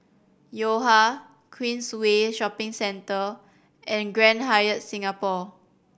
Yo Ha Queensway Shopping Centre and Grand Hyatt Singapore